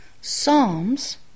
Psalms